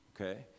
okay